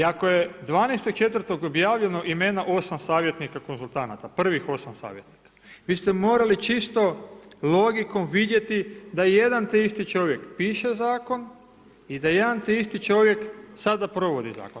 I ako je 12.4. objavljeno imena 8 savjetnika konzultanata, prvih 8 savjetnika, vi ste morali čistom logikom vidjeti, da jedan te isti čovjek piše zakon i da jedan te isti čovjek sada provodi zakon.